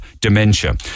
dementia